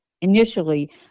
initially